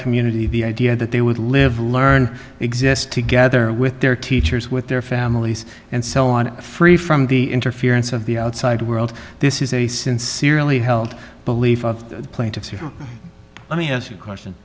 community the idea that they would live or learn exist together with their teachers with their families and so on free from the interference of the outside world this is a sincerely held belief of the plaintiffs here let me ask you question